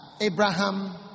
Abraham